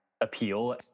appeal